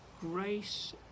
grace